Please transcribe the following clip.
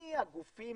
מי הגופים